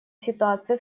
ситуация